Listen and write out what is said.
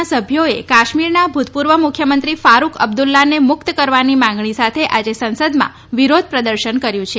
ના સભ્યોએ કાશ્મીરના ભૂતપૂર્વ મુખ્યમંત્રી ફારૂક અબ્દુલ્લાને મુક્ત કરવાની માંગણી સાથે આજે સંસદમાં વિરોધ પ્રદર્શન કર્યું છે